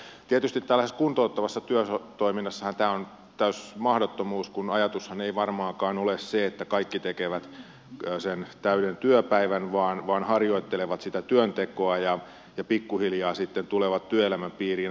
tietysti tällaisessa kuntouttavassa työtoiminnassahan tämä on täysi mahdottomuus kun ajatushan ei varmaankaan ole se että kaikki tekevät sen täyden työpäivän vaan he harjoittelevat sitä työntekoa ja pikkuhiljaa sitten tulevat työelämän piiriin